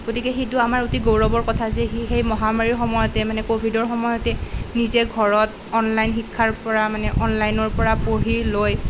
গতিকে সেইটো আমাৰ অতি গৌৰৱৰ কথা যে সি সেই মহামাৰীৰ সময়তে মানে ক'ভিডৰ সময়তে নিজে ঘৰত অনলাইন শিক্ষাৰ পৰা মানে অনলাইনৰ পৰা পঢ়ি লৈ